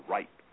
Right